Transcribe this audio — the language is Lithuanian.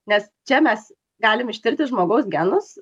nes čia mes galim ištirti žmogaus genus